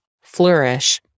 flourish